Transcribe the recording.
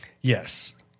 Yes